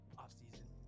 offseason